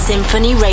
Symphony